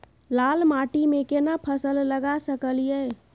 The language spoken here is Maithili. लाल माटी में केना फसल लगा सकलिए?